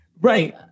Right